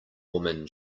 woman